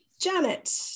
Janet